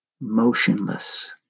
motionless